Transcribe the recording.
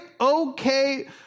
okay